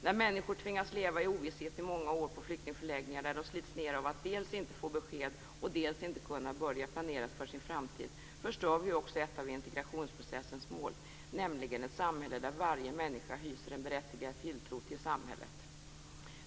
När människor tvingas leva i ovisshet i många år på flyktingförläggningar där de slits ned av att dels inte få besked, dels inte kunna börja planera för sin framtid, förstör vi ju också ett av integrationsprocessens mål, nämligen ett samhälle där varje människa hyser en berättigad tilltro till samhället.